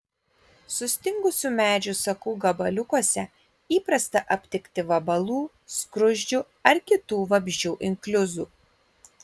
sustingusių medžių sakų gabaliukuose įprasta aptikti vabalų skruzdžių ar kitų vabzdžių inkliuzų